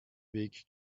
weg